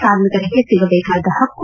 ಕಾರ್ಮಿಕರಿಗೆ ಸಿಗಬೇಕಾದ ಹಕ್ಕು